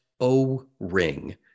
O-ring